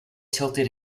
tilted